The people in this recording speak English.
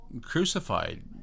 crucified